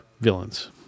villains